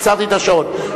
עצרתי את השעון,